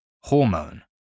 Hormone